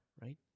Right